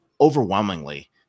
overwhelmingly